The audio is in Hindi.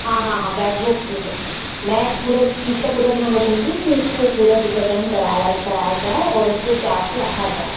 हाँ हाँ हाँ बैर वो मैं पूरा इस चीज़ का पूरा ध्यान रखूँगी कि उसको पूरा टीकाकरण कराया कराया जाए और उसको प्यार से रखा जाए